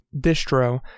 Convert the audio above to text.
distro